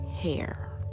hair